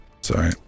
Sorry